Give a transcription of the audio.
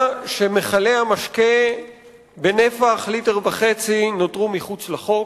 שמכלי המשקה בנפח 1.5 ליטר נותרו מחוץ לחוק.